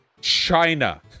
China